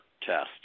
test